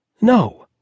No